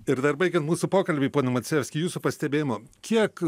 ir dar baigiant mūsų pokalbį pone macijevski jūsų pastebėjimu kiek